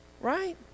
Right